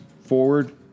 forward